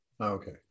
Okay